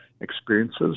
experiences